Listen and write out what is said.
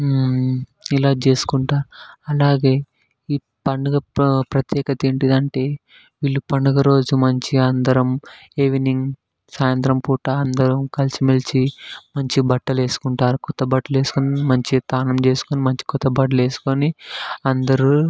ఇలా చేసుకుంటారు అలాగే ఈ పండుగ ప ప్రత్యేకత ఏంటిదంటే వీళ్ళు పండుగరోజు మంచిగా అందరం ఈవ్నింగ్ సాయంత్రం పూట అందరం కలిసిమెలిసి మంచిగా గ బట్టలు వేసుకుంటారు కొత్తబట్టలు వేసుకొని మంచగా స్నానం చేసుకుని మంచిగా కొత్తబట్టలు వేసుకుని అందరూ